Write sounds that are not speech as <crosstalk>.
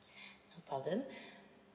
<breath> no problem <breath>